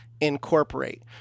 incorporate